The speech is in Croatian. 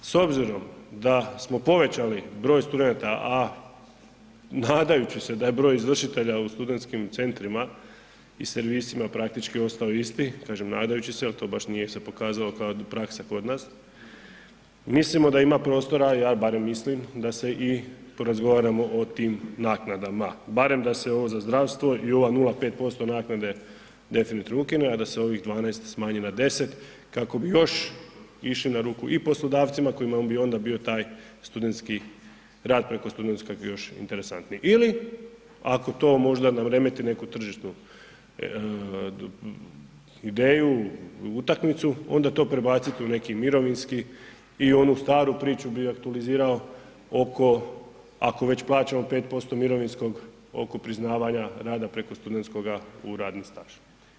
S obzirom da smo povećali broj studenata, a nadajući se da je broj izvršitelja u studentskim centrima i servisima praktički ostao isti, kažem nadajući se jel to baš nije se pokazalo kao praksa kod nas, mislimo da ima prostora, ja barem mislim da se i porazgovaramo o tim naknadama, barem da se ovo za zdravstvo i ova 0,5% naknade definitivno ukine, a da se ovih 12 smanji na 10 kako bi još išli na ruku i poslodavcima kojima bi onda taj studentski rad preko studentskog još interesantniji ili ako to možda ne remeti neku tržišnu ideju, utakmicu, onda to prebacite u neki mirovinski i onu staru priču bi aktualizirao oko, ako vać plaćamo 5% mirovinskog, oko priznavanja rada preko studentskoga u radni staž.